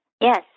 Yes